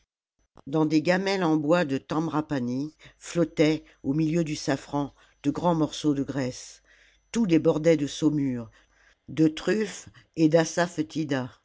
dans des gamelles en bois de tamrapanni flottaient au milieu du safran de grands morceaux de graisse tout débordait de saumure de truffes et d'assa